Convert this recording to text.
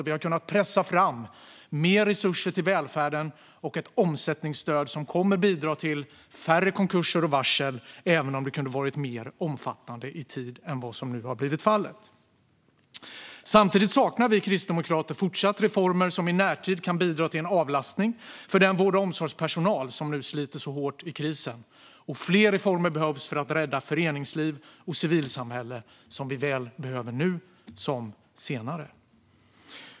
Vi har kunnat pressa fram mer resurser till välfärden och ett omsättningsstöd som kommer att bidra till färre konkurser och varsel, även om det kunde ha varit mer omfattande i tid än vad som nu har blivit fallet. Samtidigt saknar vi kristdemokrater reformer som i närtid kan bidra till en avlastning för den vård och omsorgspersonal som nu sliter hårt i krisen. Och fler reformer behövs för att rädda föreningsliv och civilsamhälle, som vi behöver såväl nu som senare.